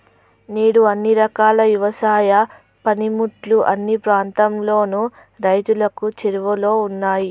నేడు అన్ని రకాల యవసాయ పనిముట్లు అన్ని ప్రాంతాలలోను రైతులకు చేరువలో ఉన్నాయి